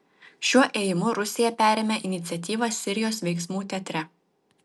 šiuo ėjimu rusija perėmė iniciatyvą sirijos veiksmų teatre